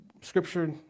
scripture